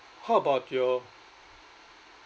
how about your